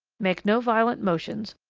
make no violent motions,